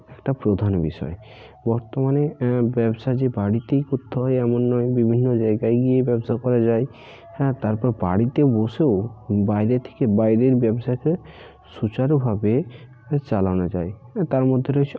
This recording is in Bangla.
একটা প্রধান বিষয় বর্তমানে ব্যবসা যে বাড়িতেই করতে হবে এমন নয় বিভিন্ন জায়গায় গিয়ে ব্যবসা করা যায় হ্যাঁ তারপর বাড়িতে বসেও বাইরে থেকে বাইরের ব্যবসাকে সুচারুভাবে চালানো যায় হ্যাঁ তার মধ্যে রয়েছে